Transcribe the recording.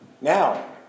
Now